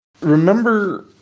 remember